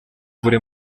buri